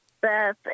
beth